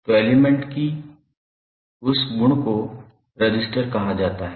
तो एलिमेंट की उस संपत्ति को रजिस्टर कहा जाता है